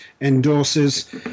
endorses